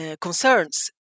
concerns